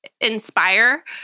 inspire